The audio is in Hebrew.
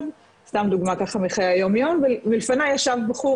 - סתם דוגמה מחיי היום יום - ולפני ישב בחור,